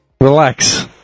relax